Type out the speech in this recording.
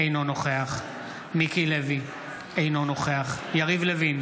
אינו נוכח מיקי לוי, אינו נוכח יריב לוין,